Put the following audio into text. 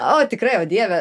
o tikrai o dieve